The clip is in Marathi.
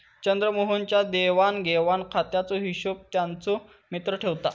चंद्रमोहन च्या देवाण घेवाण खात्याचो हिशोब त्याचो मित्र ठेवता